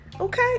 Okay